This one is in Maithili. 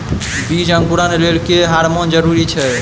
बीज अंकुरण लेल केँ हार्मोन जरूरी छै?